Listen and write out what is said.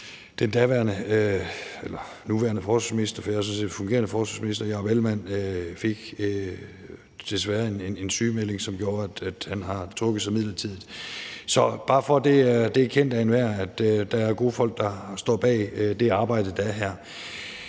lå klar, inden den nuværende forsvarsminister – for jeg er sådan set fungerende forsvarsminister – måtte indgive en sygemelding, som gjorde, at han har trukket sig midlertidigt. Det er kendt af enhver, at der er gode folk, der står bag det arbejde, der er her.